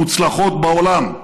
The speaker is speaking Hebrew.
המוצלחות בעולם.